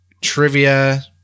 trivia